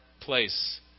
place